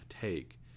take